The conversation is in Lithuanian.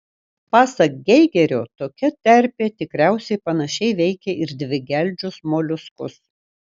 pasak geigerio tokia terpė tikriausiai panašiai veikia ir dvigeldžius moliuskus